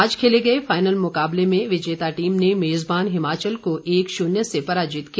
आज खेले गए फाइनल मुकाबले में विजेता टीम ने मेजबान हिमाचल को एक श्रन्य से पराजित किया